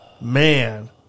Man